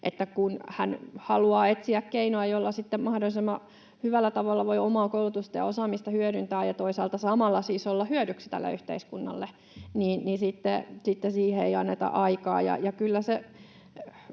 että hän haluaa etsiä keinoa, jolla mahdollisimman hyvällä tavalla voi omaa koulutusta ja osaamista hyödyntää ja toisaalta samalla siis voi olla hyödyksi tälle yhteiskunnalle. Ja sitten siihen ei anneta aikaa.